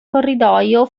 corridoio